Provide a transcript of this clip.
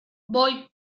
voy